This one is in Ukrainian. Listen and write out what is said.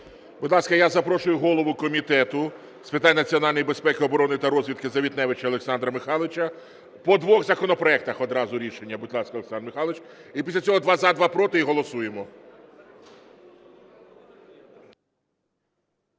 Будь ласка, я запрошую голову Комітету з питань національної безпеки, оборони та розвідки Завітневича Олександра Михайловича. По двох законопроектах одразу рішення, будь ласка, Олександр Михайлович. І після цього два – за, два – проти, і голосуємо.